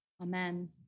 Amen